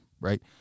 right